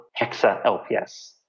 HEXA-LPS